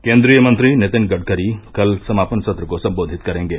केन्द्रीय मंत्री नितिन गडकरी कल समापन सत्र को संबोधित करेंगे